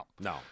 no